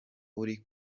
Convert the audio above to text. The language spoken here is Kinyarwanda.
uri